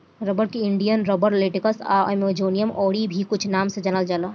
rubber के Indian rubber, latex आ Amazonian आउर भी कुछ नाम से जानल जाला